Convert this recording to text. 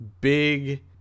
big